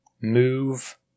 move